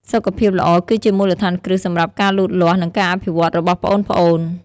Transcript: សុខភាពល្អគឺជាមូលដ្ឋានគ្រឹះសម្រាប់ការលូតលាស់ និងការអភិវឌ្ឍន៍របស់ប្អូនៗ។